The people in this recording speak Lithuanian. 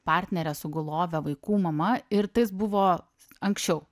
partnere sugulove vaikų mama ir tais buvo anksčiau